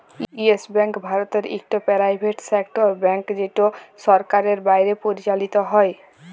yes Bank ভারতের ইকট private sector bank যেট সরকারের বাইরে পরিচালিত হ্যয়